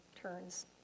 turns